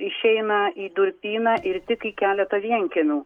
išeina į durpyną ir tik į keletą vienkiemių